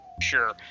sure